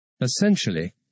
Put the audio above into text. Essentially